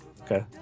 okay